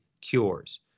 cures